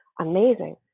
amazing